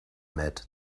met